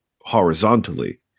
horizontally